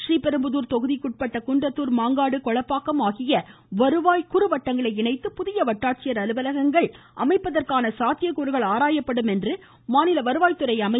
ஸ்ரீபெரும்புதூர் தொகுதிக்குட்பட்ட குன்றத்தூர் மாங்காடு கொளப்பாக்கம் ஆகிய வருவாய் குறு வட்டங்களை இணைத்து புதிய வட்டாட்சியர் அலுவலகம் அமைப்பதற்கான சாத்தியக்கூறுகள் ஆராயப்படும் என்று மாநில வருவாய் துறை அமைச்சர் திரு